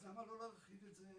אז למה לא להרחיב את זה,